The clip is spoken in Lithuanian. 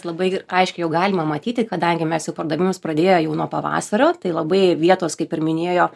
labai ir aiškiai jau galima matyti kadangi mes jau pardavimus pradėję jau nuo pavasario tai labai vietos kaip ir minėjo